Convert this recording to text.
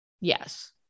Yes